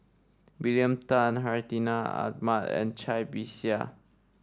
William Tan Hartinah Ahmad and Cai Bixia